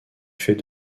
fait